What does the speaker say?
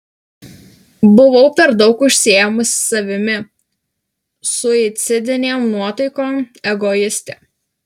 buvau per daug užsiėmusi savimi suicidinėm nuotaikom egoistė